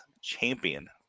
champion